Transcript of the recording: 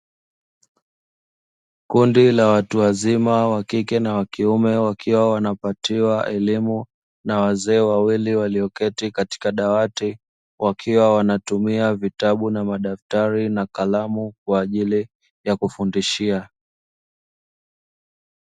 Kundi la watu wazima wa kike na wa kiume wakiwa wanapatiwa elimu na wazee wawili walioketi katika dawati, wakiwa wanatumia vitabu na madaktari na kalamu kwaajili ya kufundishia.